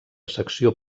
secció